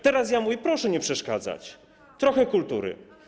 Teraz ja mówię, proszę nie przeszkadzać, trochę kultury.